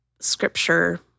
scripture